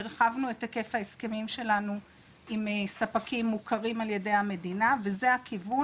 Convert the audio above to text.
והרחבנו את היקף ההסכמים שלנו עם ספקים חברים על ידי המדינה וזה הכיוון.